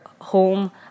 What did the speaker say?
home